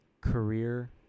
career